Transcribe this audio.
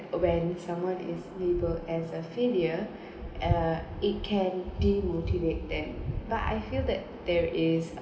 when someone is labelled as a failure and uh it can demotivate them but I feel that there is